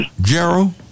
Gerald